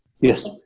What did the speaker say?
yes